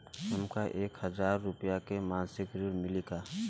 हमका एक हज़ार रूपया के मासिक ऋण मिली का?